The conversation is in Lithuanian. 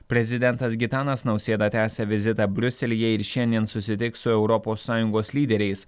prezidentas gitanas nausėda tęsia vizitą briuselyje ir šiandien susitiks su europos sąjungos lyderiais